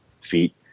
feet